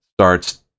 starts